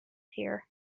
here